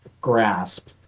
Grasp